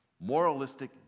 moralistic